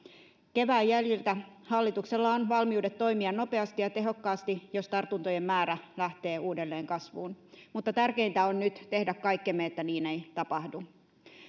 kevään jäljiltä hallituksella on valmiudet toimia nopeasti ja tehokkaasti jos tartuntojen määrä lähtee uudelleen kasvuun mutta tärkeintä on nyt tehdä kaikkemme että niin ei tapahdu